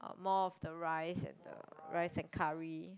more of the rice and the rice and curry